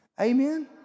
Amen